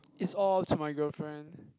is all to my girlfriend